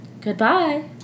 Goodbye